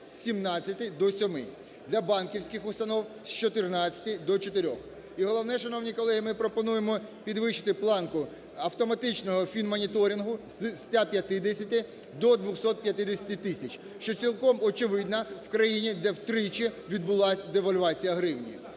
з 17-ти до 7-ми, для банківських установ – з 14-ти до 4-х. І головне, шановні колеги, ми пропонуємо підвищити планку автоматичного фінмоніторингу з 150-ти до 250-ти тисяч, що цілком очевидно в країні, де втричі відбулась девальвація гривні.